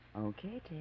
Okay